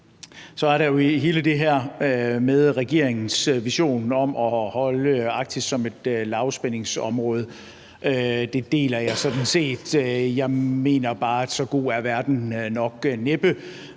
Så er der jo hele det her med regeringens vision om at holde Arktis som et lavspændingsområde. Det deler jeg sådan set. Jeg mener bare, at så god er verden nok næppe,